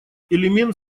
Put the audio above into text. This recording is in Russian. элемент